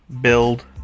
build